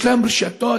יש להם רפתות,